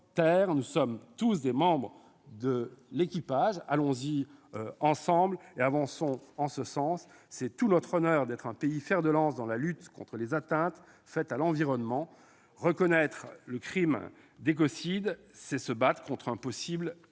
nous sommes tous des membres de l'équipage. » Dès lors, avançons ensemble en ce sens : c'est tout notre honneur d'être un pays fer de lance dans la lutte contre les atteintes infligées à l'environnement. Reconnaître le crime d'écocide, c'est se battre contre un possible